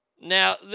Now